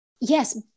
Yes